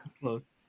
Close